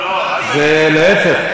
להפך,